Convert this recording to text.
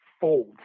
fold